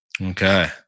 Okay